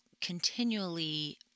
continually